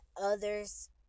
others